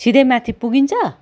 सिधै माथि पुगिन्छ